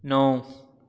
ਨੌ